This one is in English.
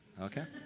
okay,